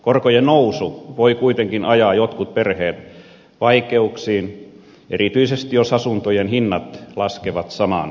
korkojen nousu voi kuitenkin ajaa jotkut perheet vaikeuksiin erityisesti jos asuntojen hinnat laskevat samaan aikaan